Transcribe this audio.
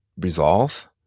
resolve